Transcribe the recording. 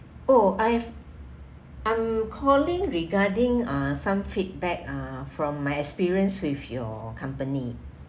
oh I have I'm calling regarding uh some feedback uh from my experience with your company